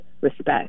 respect